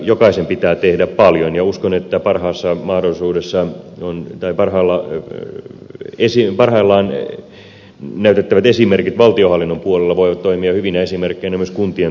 jokaisen pitää tehdä paljon ja uskon että parhaillaan näytettävät esimerkit valtionhallinnon puolella voivat toimia hyvinä esimerkkeinä myös kuntien tuottavuuden parantamisessa